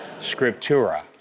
Scriptura